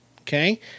Okay